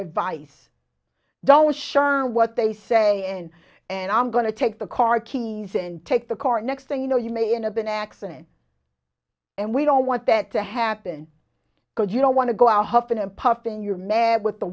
advice don't shun what they say and and i'm going to take the car keys and take the car next thing you know you may end of an accident and we don't want that to happen because you don't want to go out huffing and puffing you're mad with the